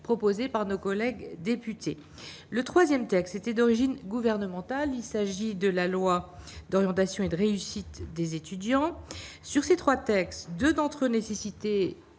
proposée par nos collègues députés le 3ème texte était d'origine gouvernementale, il s'agit de la loi d'orientation et de réussite des étudiants sur ces 3 textes, 2 d'entre eux nécessité